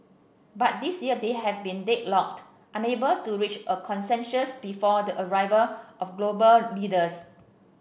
but this year they have been deadlocked unable to reach a consensus before the arrival of global leaders